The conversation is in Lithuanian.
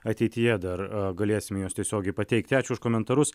ateityje dar galėsim juos tiesiogiai pateikti ačiū už komentarus